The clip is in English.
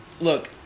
Look